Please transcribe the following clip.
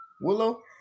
willow